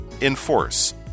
Enforce